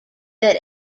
that